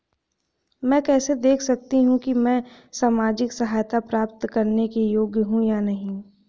मैं कैसे देख सकती हूँ कि मैं सामाजिक सहायता प्राप्त करने के योग्य हूँ या नहीं?